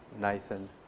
Nathan